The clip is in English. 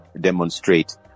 demonstrate